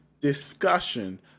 discussion